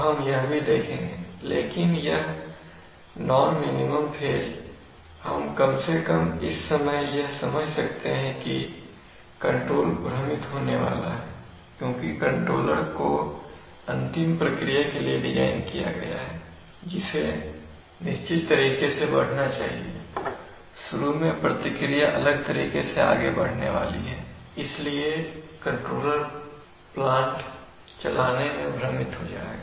हम यह भी देखेंगे लेकिन यह नॉन मिनिमम फेज हम कम से कम इस समय यह समझ सकते हैं कि कंट्रोलर भ्रमित होने वाला है क्योंकि कंट्रोलर को अंतिम प्रतिक्रिया के लिए डिज़ाइन किया गया है जिसे एक निश्चित तरीके से बढ़ना चाहिए शुरू में प्रतिक्रिया एक अलग तरीके से आगे बढ़ने वाली है इसलिए कंट्रोलर प्लांट चलाने में भ्रमित हो जाएगा